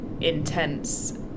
intense